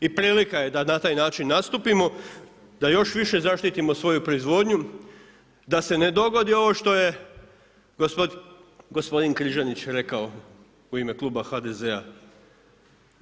I prilika je da na taj način nastupimo, da još više zaštitimo svoju proizvodnju, da se ne dogodi ovo što je gospodin Križanić rekao u ime kluba HDZ-a.